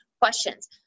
questions